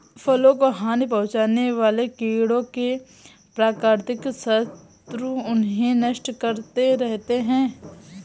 फसलों को हानि पहुँचाने वाले कीटों के प्राकृतिक शत्रु उन्हें नष्ट करते रहते हैं